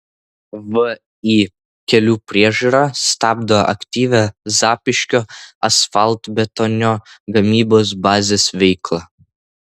vį kelių priežiūra stabdo aktyvią zapyškio asfaltbetonio gamybos bazės veiklą